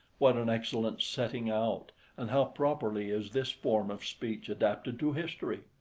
what an excellent setting out and how properly is this form of speech adapted to history!